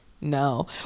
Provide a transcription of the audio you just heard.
No